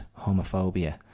homophobia